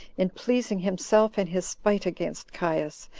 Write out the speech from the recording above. in pleasing himself in his spite against caius,